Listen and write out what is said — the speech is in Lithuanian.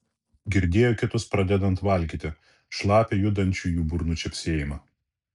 girdėjo kitus pradedant valgyti šlapią judančių jų burnų čepsėjimą